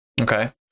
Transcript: Okay